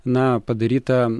na padaryta